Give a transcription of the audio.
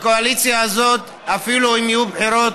הקואליציה הזאת, אפילו אם יהיו בחירות,